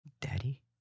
daddy